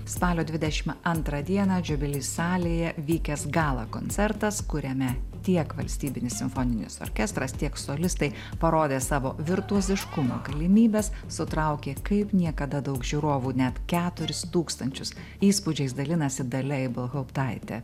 spalio dvidešimt antrą dieną džiovili salėje vykęs gala koncertas kuriame tiek valstybinis simfoninis orkestras tiek solistai parodė savo virtuoziškumo galimybes sutraukė kaip niekada daug žiūrovų net keturis tūkstančius įspūdžiais dalinasi dalia ibelhauptaitė